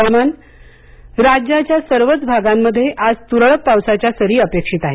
हवामान राज्याच्या सर्वच भागांमध्ये आज तुरळक पावसाच्या सरी अपेक्षित आहेत